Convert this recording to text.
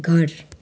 घर